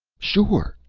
sure!